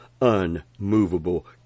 unmovable